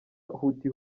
huti